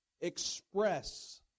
express